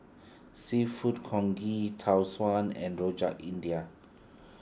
Seafood Congee Tau Suan and Rojak India